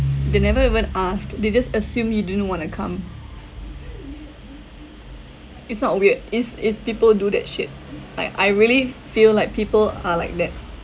they never even asked they just assume you didn't want to come it's not weird is is people do that shit I I really f~ feel like people are like that